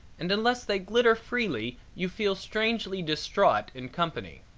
and unless they glitter freely you feel strangely distraught in company.